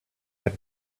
had